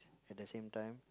at the same time